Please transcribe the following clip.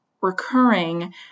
recurring